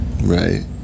right